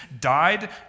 died